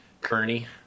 Kearney